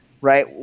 right